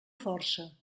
força